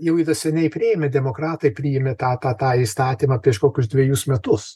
jau yra seniai priėmė demokratai priėmė tą tą tą įstatymą prieš kokius dvejus metus